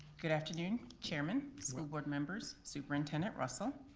good afternoon, chairmen, school board members, superintendent russell.